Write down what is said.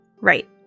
Right